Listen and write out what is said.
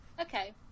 Okay